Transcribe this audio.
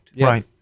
Right